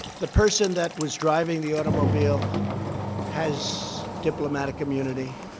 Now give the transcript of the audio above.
the person that was driving the automobile has diplomatic immunity.